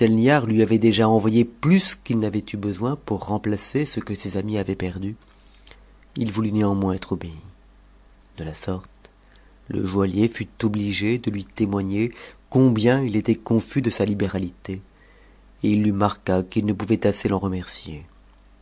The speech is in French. lui avait déjà envoyé plus qu'il n'avait eu besoin pour remplacer ce que ses amis avaient perdu il voulut néanmoins être obéi de la sorte le joaillier fut obligé de lui témoigner combien il était confus de sa libéralité et il lui marqua qu'il ne pouvait assez l'en remercier